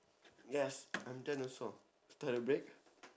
yes I'm done also toilet break